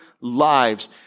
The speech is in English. lives